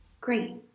Great